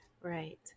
Right